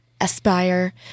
aspire